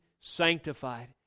sanctified